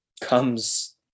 comes